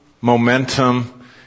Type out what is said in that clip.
momentum